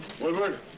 Woodward